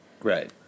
Right